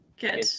Good